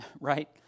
right